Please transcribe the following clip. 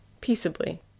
Peaceably